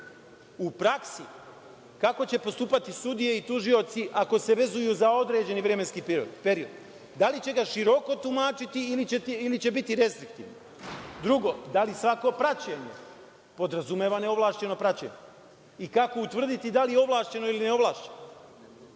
U praksi kako će postupati sudije i tužioci ako se vezuju za određeni vremenski period? Da li će ga široko tumačiti ili će biti restriktivni? Drugo, da li svako praćenje podrazumeva neovlašćeno praćenje i kako utvrditi da li je ovlašćeno ili neovlašćeno?